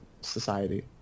society